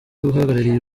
uhagarariye